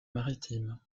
maritime